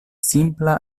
simpla